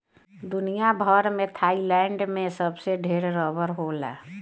दुनिया भर में थाईलैंड में सबसे ढेर रबड़ होला